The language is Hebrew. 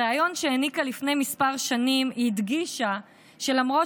בריאיון שהעניקה לפני כמה שנים היא הדגישה שלמרות